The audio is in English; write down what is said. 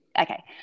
Okay